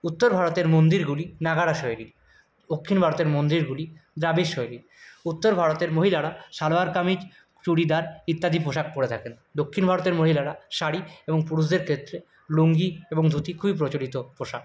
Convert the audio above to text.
উত্তর ভারতের মন্দিরগুলি নাগারা শৈলীর দক্ষিণ ভারতের মন্দিরগুলি দ্রাবিড় শৈলীর উত্তর ভারতের মহিলারা সালোয়ার কামিজ চুড়িদার ইত্যাদি পোশাক পরে থাকেন দক্ষিণ ভারতের মহিলারা শাড়ি এবং পুরুষদের ক্ষেত্রে লুঙ্গি এবং ধুতি খুবই প্রচলিত পোশাক